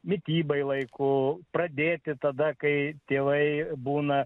mitybai laiku pradėti tada kai tėvai būna